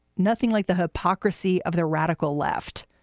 nothing like the hypocrisy of the radical left.